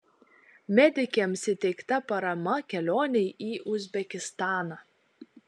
medikėms įteikta parama kelionei į uzbekistaną